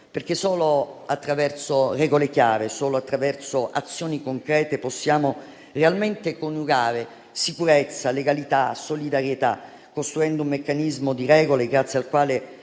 Solo attraverso regole chiare, solo attraverso azioni concrete, infatti, possiamo realmente coniugare sicurezza, legalità e solidarietà, costruendo un meccanismo di regole grazie al quale